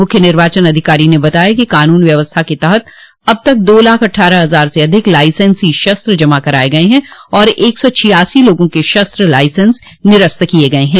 मुख्य निर्वाचन अधिकारी ने बताया कि कानून व्यवस्था के तहत अब तक दो लाख अट्ठारह हजार से अधिक लाईसेंसी शस्त्र जमा कराये गये हैं और एक सौ छियासी लोगों के शस्त्र लाईसेंस निरस्त किये गये हैं